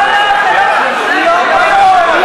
לא עובד.